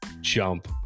jump